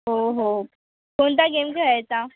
हो हो कोणता गेम खेळायचा